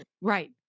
right